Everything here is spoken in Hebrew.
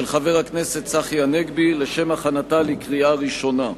של חבר הכנסת צחי הנגבי, לשם הכנתה לקריאה ראשונה.